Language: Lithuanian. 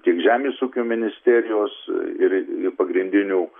tik žemės ūkio ministerijos ir pagrindinių